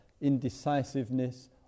indecisiveness